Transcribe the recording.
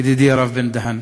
ידידי הרב בן-דהן.